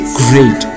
great